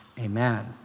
Amen